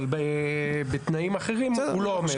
אבל בתנאים אחרים הוא לא עומד.